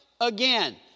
again